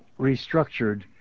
restructured